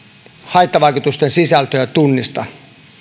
haittavaikutusten sisältöä tunnista